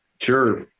Sure